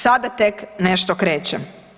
Sada tek nešto kreće.